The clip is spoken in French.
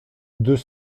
deux